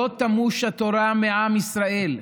לא תמוש התורה מעם ישראל.